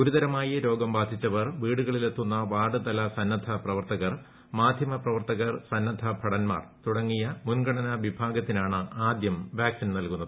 ഗുരുതരമായി ്രൊഗം ബാധിച്ചവർ വീടുകളിലെത്തുന്ന വാർഡ് തല സന്നദ്ധ പ്രവർത്തകർ മാധ്യമ പ്രവർത്തകർ സന്നദ്ധ ഭടന്മാർ തുടങ്ങിയ മുൻഗണനാ വിഭാഗത്തിനാണ് ആദ്യം വാക്സിൻ നൽകുന്നത്